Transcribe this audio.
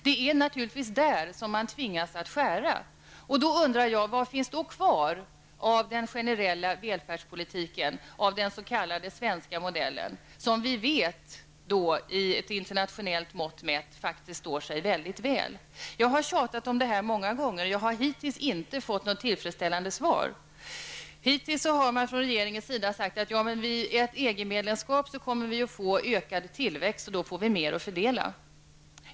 Det är naturligtvis där man tvingas skära. Då undrar jag: Vad finns då kvar av den generella välfärdspolitiken av den s.k. svenska modellen, som vi vet står sig väldigt väl i ett internationellt mått mätt? Jag har tjatat om det här många gånger, men jag har hittills inte fått något tillfredsställande svar. Hittills har man från regeringens sida bara sagt att vid ett EG-medlemskap kommer vi att få ökad tillväxt, och då får vi mer att fördela.